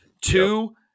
Two